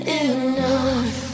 enough